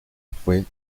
fue